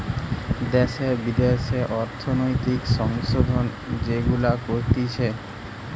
দ্যাশে বিদ্যাশে অর্থনৈতিক সংশোধন যেগুলা করতিছে